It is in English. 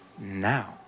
now